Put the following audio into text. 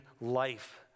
life